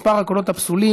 מספר הקולות הפסולים,